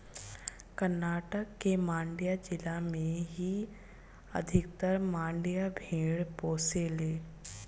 कर्नाटक के मांड्या जिला में ही अधिकतर मंड्या भेड़ पोसाले